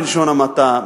בלשון המעטה,